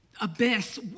abyss